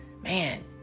man